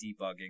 debugging